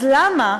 אז למה?